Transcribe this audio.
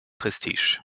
prestige